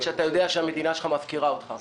כשאתה יודע שהמדינה שלך מפקירה אותך?